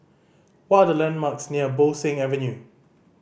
what are the landmarks near Bo Seng Avenue